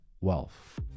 wealth